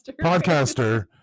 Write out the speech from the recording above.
Podcaster